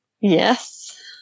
Yes